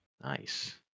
Nice